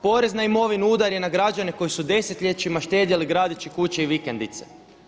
Porez na imovinu udar je na građane koji su desetljećima štedjeli gradeći kuće i vikendice.